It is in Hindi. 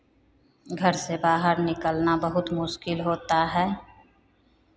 घर से बाहर निकलना बहुत मुश्किल होता है